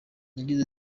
yagize